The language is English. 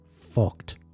Fucked